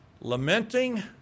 lamenting